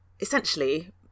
essentially